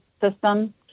system